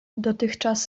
dotychczas